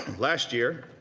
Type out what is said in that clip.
last year,